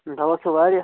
دوا کھیوٚو واریاہ